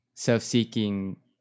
Self-seeking